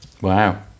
Wow